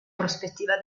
prospettiva